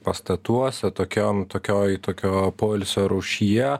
pastatuose tokiom tokioj tokio poilsio rūšyje